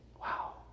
Wow